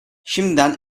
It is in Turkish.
şimdiden